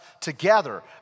together